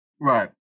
right